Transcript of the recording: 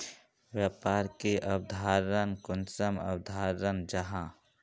व्यापार की अवधारण कुंसम अवधारण जाहा?